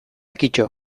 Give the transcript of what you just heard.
kito